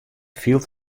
fielt